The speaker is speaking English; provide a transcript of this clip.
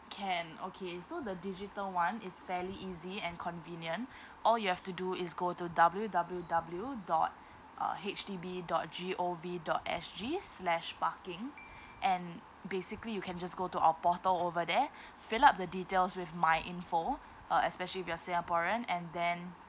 can okay so the digital one is fairly easy and convenient all you have to do is go to W W W dot uh H D B dot G O V dot S G slash parking and basically you can just go to our portal over there fill up the details with myinfo uh especially if you're singaporean and then